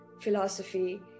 philosophy